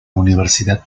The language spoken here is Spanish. universidad